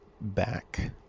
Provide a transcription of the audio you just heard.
back